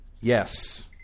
Yes